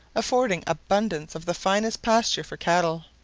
affording abundance of the finest pasture for cattle.